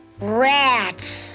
Rats